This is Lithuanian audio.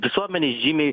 visuomenei žymiai